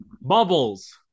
bubbles